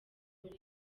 muri